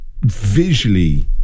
visually